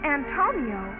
Antonio